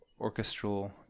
orchestral